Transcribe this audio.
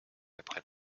après